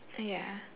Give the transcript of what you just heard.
ya